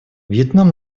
вьетнам